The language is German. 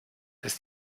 ist